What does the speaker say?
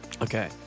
Okay